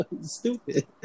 stupid